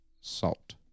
salt